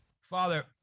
Father